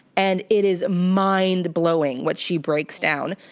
and it is mind blowing what she breaks down.